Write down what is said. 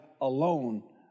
alone